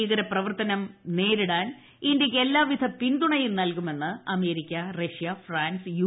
ഭീകര ് പ്രവർത്തനം നേർിട്ടാൻ ഇന്ത്യക്ക് എല്ലാവിധ പിന്തുണയും നൽകുമെന്ന് അമേരിക്ക് ്റഷ്യ ഫ്രാൻസ് യു